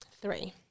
Three